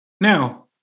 Now